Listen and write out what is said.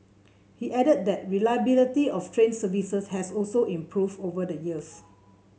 he added that reliability of train services has also improved over the years